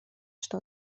что